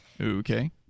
Okay